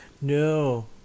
No